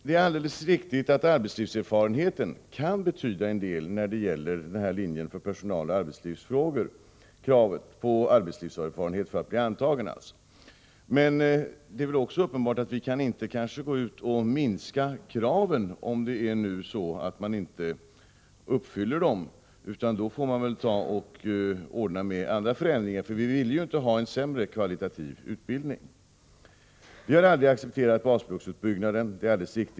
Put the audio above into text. Det är alldeles riktigt att kravet på arbetslivserfarenhet för att bli antagen till utbildning på linjen för personaloch arbetslivsfrågor kan betyda en del. Men det är uppenbart att vi inte kan minska kraven om det är så att man inte uppfyller dem, utan vi får i så fall ordna med andra förändringar. Vi vill ju inte ha en kvalitativt sämre utbildning. Vi har aldrig accepterat basblocksutbyggnaden.